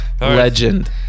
legend